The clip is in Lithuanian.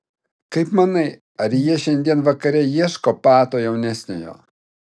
kaip manai ar jie šiandien vakare ieško pato jaunesniojo